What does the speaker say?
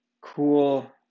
cool